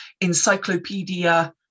Encyclopedia